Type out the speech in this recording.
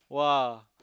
!wah!